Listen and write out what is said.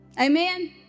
Amen